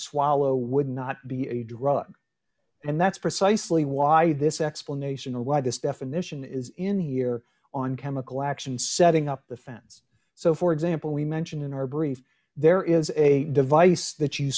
swallow would not be a drug and that's precisely why this explanation why this definition is in here on chemical action setting up the phone so for example we mention in our brief there is a device that you